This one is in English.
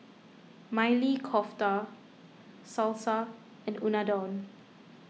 Maili Kofta Salsa and Unadon